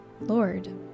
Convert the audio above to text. Lord